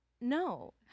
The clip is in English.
No